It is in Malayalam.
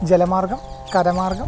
ജലമാർഗം കരമാർഗം